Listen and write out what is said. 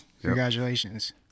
Congratulations